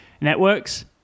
networks